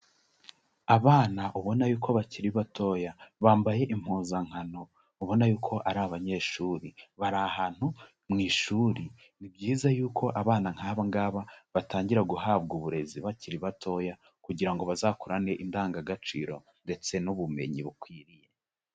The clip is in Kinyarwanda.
Abana ubona yuko bakiri batoya, bambaye impuzankano ubona yuko ari abanyeshuri, bari ahantu mu ishuri. Ni byiza yuko abana nk'aba ngaba batangira guhabwa uburezi bakiri batoya kugira ngo bazakurane indangagaciro ndetse n'ubumenyi bukwiriye.